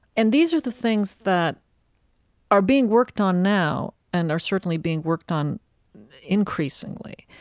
and these are the things that are being worked on now and are certainly being worked on increasingly.